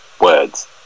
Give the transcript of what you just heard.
words